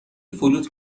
فلوت